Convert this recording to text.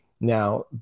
Now